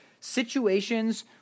situations